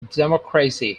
democracy